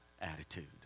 attitude